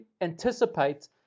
anticipate